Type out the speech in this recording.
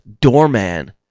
doorman